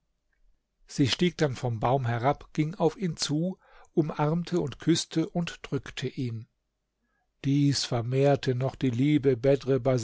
sie stieg dann vom baum herab ging auf ihn zu umarmte und küßte und drückte ihn dies vermehrte noch die liebe